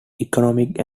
economic